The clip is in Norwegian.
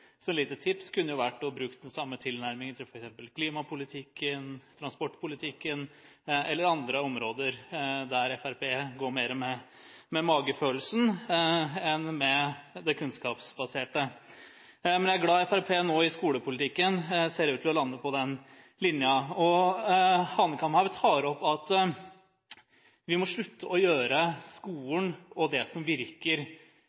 Så et lite tips kunne jo vært å bruke den samme tilnærmingen til f.eks. klimapolitikken, transportpolitikken eller andre områder der Fremskrittspartiet går mer etter magefølelsen enn etter det kunnskapsbaserte. Men jeg er glad for at Fremskrittspartiet i skolepolitikken nå ser ut til å lande på den linja. Hanekamhaug tar opp at vi må slutte å gjøre